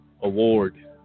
Award